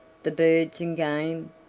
the birds and game,